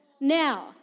now